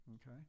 okay